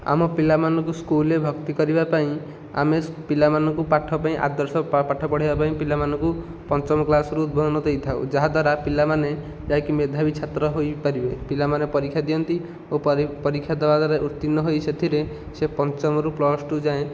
ଆମ ପିଲାମାନଙ୍କୁ ସ୍କୁଲରେ ଭକ୍ତି କରିବାପାଇଁ ଆମେ ପିଲାମାନଙ୍କୁ ପାଠ ପାଇଁ ଆଦର୍ଶ ପାଠ ପଢ଼େଇବା ପାଇଁ ପିଲାମାନଙ୍କୁ ପଞ୍ଚମ କ୍ଲାସ୍ ରୁ ଉଦ୍ବୋଧନ ଦେଇଥାଉ ଯାହାଫଳରେ ପିଲାମାନେ ଯାଇକି ମେଧାବୀ ଛାତ୍ର ହୋଇପାରିବେ ପିଲାମାନେ ପରୀକ୍ଷା ଦିଅନ୍ତି ଓ ପରୀକ୍ଷା ଦେବା ଦ୍ଵାରା ଉତ୍ତୀର୍ଣ୍ଣ ହୋଇ ସେଥିରେ ସେ ପଞ୍ଚମରୁ ପ୍ଲସ୍ ଟୁ ଯାଏଁ